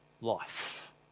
life